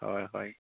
হয় হয়